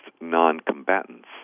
non-combatants